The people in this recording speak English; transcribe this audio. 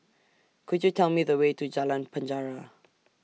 Could YOU Tell Me The Way to Jalan Penjara